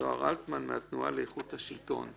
אלטמן מהתנועה לאיכות השלטון.